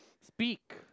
Speak